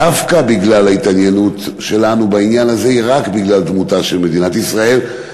דווקא ההתעניינות שלנו בעניין הזה היא רק בגלל דמותה של מדינת ישראל,